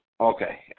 okay